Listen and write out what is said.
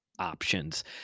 options